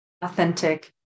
authentic